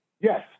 Yes